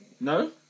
No